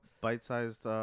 bite-sized